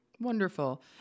Wonderful